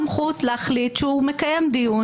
ליושב-ראש ועדה יש סמכות להחליט שהוא מקיים דיון